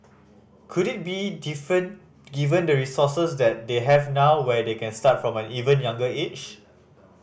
could it be different given the resources that they have now where they can start from an even younger age